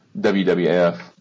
WWF